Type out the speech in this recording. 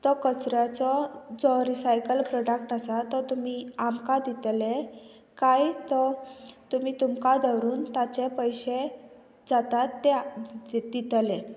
तो कचऱ्याचो जो रिसायकल प्रोडक्ट आसा तो तुमी आमकां दितले काय तो तुमी तुमकां धरून ताचे पयशे जातात ते दितले